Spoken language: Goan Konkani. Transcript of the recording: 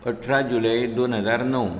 अठरा जुलय दोन हजार णव